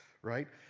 right?